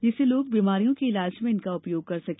जिससे लोग बीमारियों के ईलाज में इनका उपयोग कर सके